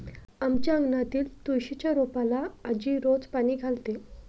आमच्या अंगणातील तुळशीच्या रोपाला आजी रोज पाणी घालते